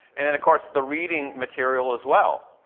and then of course the reading material as well.